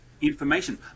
information